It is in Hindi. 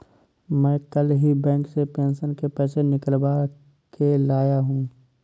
मैं कल ही बैंक से पेंशन के पैसे निकलवा के लाया हूँ